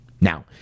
Now